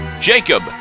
Jacob